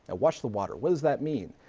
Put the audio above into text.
ah watch the water. what does that mean?